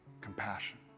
compassion